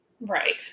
Right